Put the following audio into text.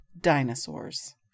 dinosaurs